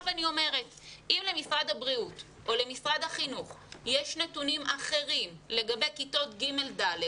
אם למשרד הבריאות או למשרד החינוך יש נתונים אחרים לגבי כיתות ג'-ד',